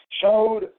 showed